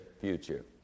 future